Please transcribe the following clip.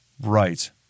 Right